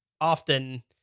Often